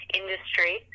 industry